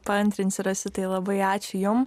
paantrinsiu rositai labai ačiū jum